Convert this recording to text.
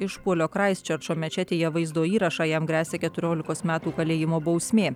išpuolio kraistčerčo mečetėje vaizdo įrašą jam gresia keturiolikos metų kalėjimo bausmė